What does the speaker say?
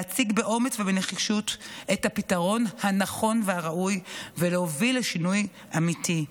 להציג באומץ ובנחישות את הפתרון הנכון והראוי ולהוביל לשינוי אמיתי.